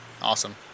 Awesome